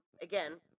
again